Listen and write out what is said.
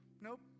Nope